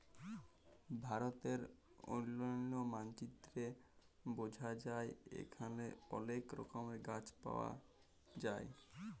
ভারতের অলন্য মালচিত্রে বঝা যায় এখালে অলেক রকমের গাছ পায়া যায়